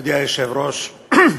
מכובדי היושב-ראש,